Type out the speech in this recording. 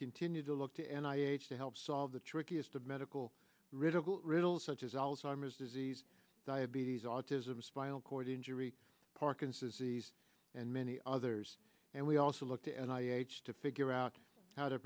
continue to look to and i age to help solve the trickiest of medical rid of riddles such as alzheimer's disease diabetes autism spinal cord injury parkinson's disease and many others and we also look to and i h to figure out how to